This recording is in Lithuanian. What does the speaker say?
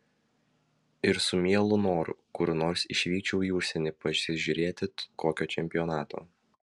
ir su mielu noru kur nors išvykčiau į užsienį pasižiūrėti kokio čempionato